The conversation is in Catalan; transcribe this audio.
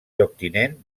lloctinent